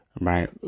right